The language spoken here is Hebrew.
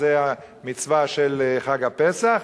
זה המצווה של חג הפסח.